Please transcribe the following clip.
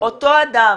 אותו אדם